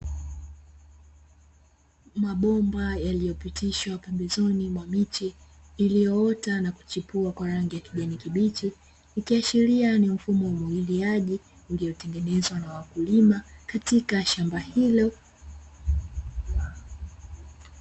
Mabomba yaliyopitishwa pembezoni mwa miche iliyoota na kuchipua kwa rangi ya kijani kibichi, ikiashiria ni mfumo wa umwagiliaji uliotengenezwa na wakulima katika shamba hilo.